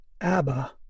Abba